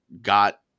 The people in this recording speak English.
got